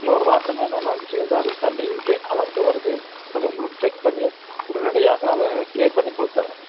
இன்னோரு வாட்டர்மேனை நாங்கள் சேர்ந்தா அது தண்ணி எங்கே கலந்து வருது அது உங்களுக்கு செக் பண்ணி உடனடியாக அதை கிளீயர் பண்ணி உங்களுக்கு தர்றோம்